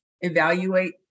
evaluate